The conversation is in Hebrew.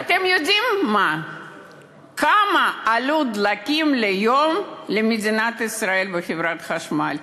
ואתם יודעים מה עלות הדלקים ליום למדינת ישראל בחברת החשמל?